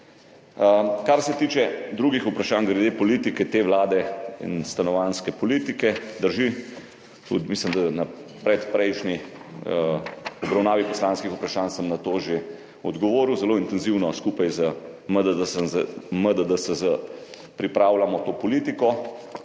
Kar se tiče drugih vprašanj glede politike te vlade in stanovanjske politike, drži. Mislim, da sem tudi na predprejšnji obravnavi poslanskih vprašanj na to že odgovoril. Zelo intenzivno skupaj z MDDSZ pripravljamo to politiko.